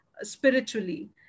spiritually